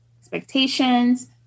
expectations